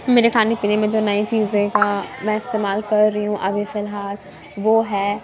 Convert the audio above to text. میرے کھانے پینے میں جو نئی چیزیں کا میں استعمال کر رہی ہوں ابھی فی الحال وہ ہے